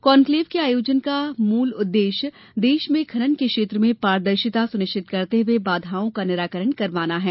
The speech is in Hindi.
कॉन्क्लेव के आयोजन का मूल उद्देश्य देश में खनन के क्षेत्र में पारदर्शिता सुनिश्चित करते हुए बाधाओं का निराकरण करवाना है